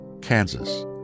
Kansas